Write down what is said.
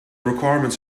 requirements